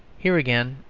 here, again,